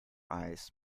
eyes